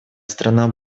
страна